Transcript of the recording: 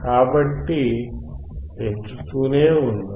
కాబట్టి పెంచుతూనే ఉందాం